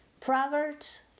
Proverbs